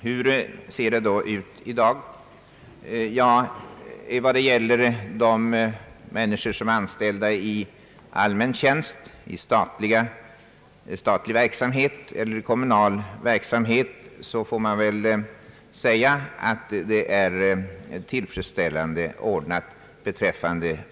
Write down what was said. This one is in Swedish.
Hur ser det då ut i dag? Jo, för de människor som är anställda i allmän tjänst, i statlig och kommunal verksamhet, kan man väl säga att frågan om obefogad uppsägning är tillfredsställande ordnad.